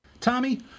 Tommy